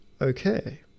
okay